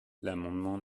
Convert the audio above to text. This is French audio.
l’amendement